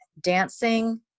dancing